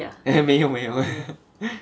没有没有